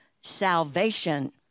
salvation